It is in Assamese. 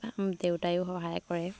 দেউতায়ো সহায় কৰে